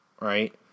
right